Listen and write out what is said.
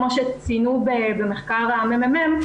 כמו שציינו במחקר הממ"מ,